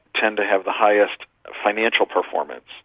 tend to have the highest financial performance.